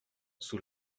sous